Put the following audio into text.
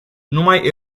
numai